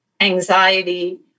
anxiety